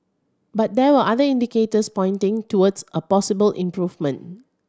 but there are other indicators pointing towards a possible improvement